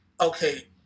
okay